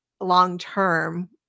long-term